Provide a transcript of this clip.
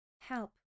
Help